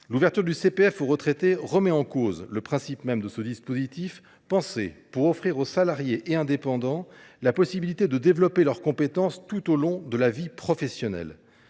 L’ouverture du CPF aux retraités remet en cause le principe même de ce dispositif, pensé pour offrir aux salariés et aux indépendants la possibilité de développer leurs compétences tout au long de leur vie professionnelle.